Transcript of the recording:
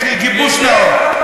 כיבוש נאור.